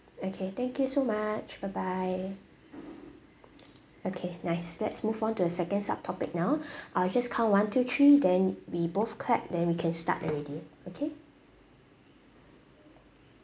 okay thank you so much bye bye okay nice let's move on to the second sub topic now I'll just count one two three then we both clap then we can start already okay yup